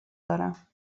دارم